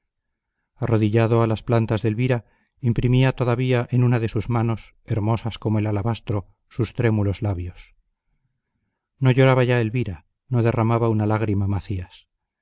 arrodillado a las plantas de elvira imprimía todavía en una de sus manos hermosas como el alabastro sus trémulos labios no lloraba ya elvira no derramaba una lágrima macías